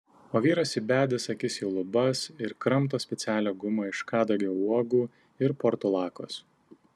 o vyras įbedęs akis į lubas ir kramto specialią gumą iš kadagio uogų ir portulakos